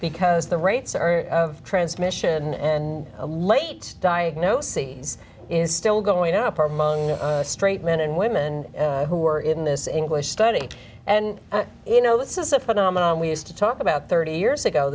because the rates are of transmission and a late diagnoses is still going up or among straight men and women who are in this english study and you know this is a phenomenon we used to talk about thirty years ago